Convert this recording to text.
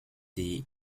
die